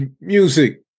Music